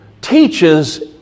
teaches